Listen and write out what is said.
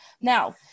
Now